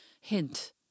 hint